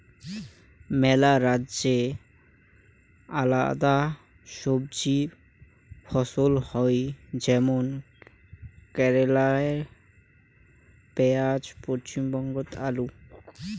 মেলা রাজ্যে আলাদা সবজি ফছল হই যেমন কেরালে পেঁয়াজ, পশ্চিমবঙ্গতে আলু